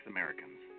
Americans